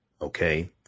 okay